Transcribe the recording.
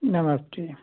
नमस्ते